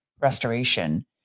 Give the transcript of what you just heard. restoration